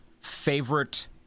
favorite